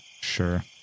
Sure